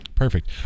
perfect